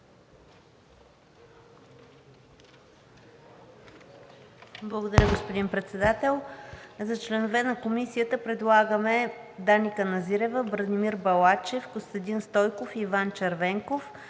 Благодаря, господин Председател. За членове на Комисията предлагаме: Дани Каназирева, Бранимир Балачев, Костадин Стойков и Иван Червенков.